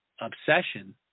obsession